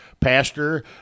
Pastor